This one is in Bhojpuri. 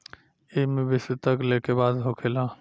एईमे विश्व तक लेके बात होखेला